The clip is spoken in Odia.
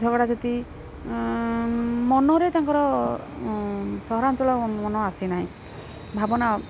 ଝଗଡ଼ା ଝାଟି ମନରେ ତାଙ୍କର ସହରାଞ୍ଚଳ ମନ ଆସିନାହିଁ ଭାବନା